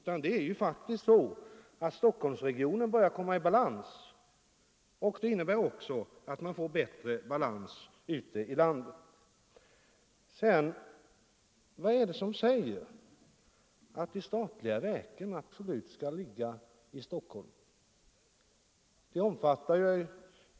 Det är i stället faktiskt så att Stockholmsregionen börjar komma i balans, något som också innebär att man får bättre balans ute i landet. Vad är det som säger att de statliga verken absolut skall ligga i Stockholm?